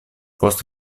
post